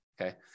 okay